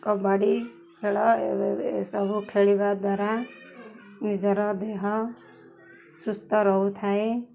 କବାଡ଼ି ଖେଳ ଏସବୁ ଖେଳିବା ଦ୍ୱାରା ନିଜର ଦେହ ସୁସ୍ଥ ରହୁଥାଏ